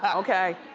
ah okay.